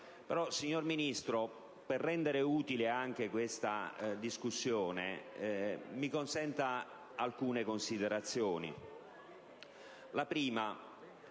Signor Ministro, per rendere utile questa discussione odierna mi consenta però alcune considerazioni.